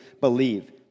believe